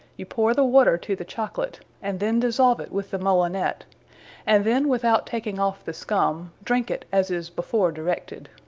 you powre the water to the chocolate, and then dissolve it with the molinet and then without taking off the scum, drink it as is before directed.